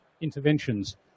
interventions